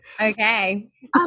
Okay